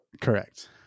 Correct